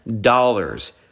dollars